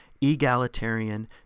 egalitarian